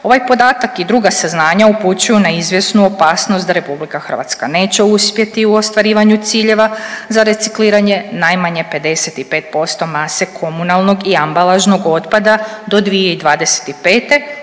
Ovaj podatak i druga saznanja upućuju na izvjesnu opasnost da RH neće uspjeti u ostvarivanju ciljeva za recikliranje najmanje 55% mase komunalnog i ambalažnog otpada do 2025.